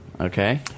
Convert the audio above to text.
Okay